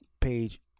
page